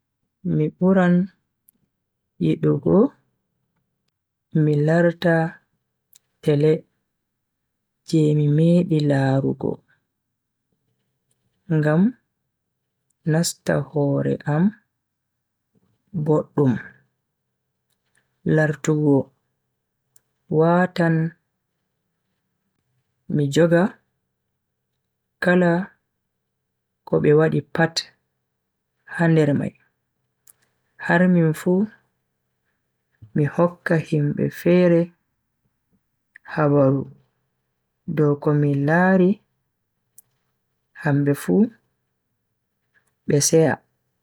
Mi buran yidugo mi larta tele je mi medi larugo, ngam nasta hore am boddum. lartugo watan mi joga kala ko b wadi pat ha nder mai har minfu mi hokka himbe fere habaru dow komi lari hambe fu be seya.